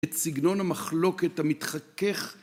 את סגנון המחלוקת המתחכך